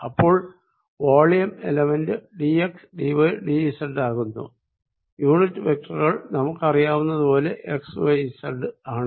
അപ്പോൾ volume element d x d y d z ആകുന്നു unit വെക്റ്ററുകൾ നമുക്കറിയാവുന്നത് പോലെ എക്സ്വൈസെഡ് ആണ്